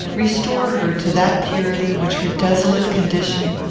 restore her to that purity which her desolate condition,